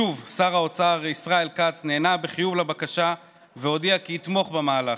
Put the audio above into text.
שוב שר האוצר ישראל כץ נענה בחיוב לבקשה והודיע כי יתמוך במהלך.